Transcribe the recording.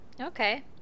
okay